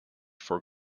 for